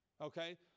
Okay